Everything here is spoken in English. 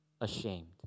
ashamed